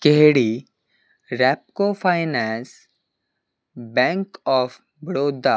ਕਿਹੜੀ Repco finance bank of Baroda